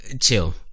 chill